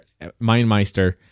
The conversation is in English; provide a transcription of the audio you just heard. MindMeister